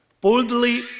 Boldly